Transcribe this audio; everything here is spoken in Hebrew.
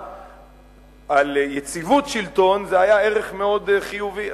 על יציבות שלטון זה היה ערך מאוד חיובי.